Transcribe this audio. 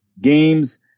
games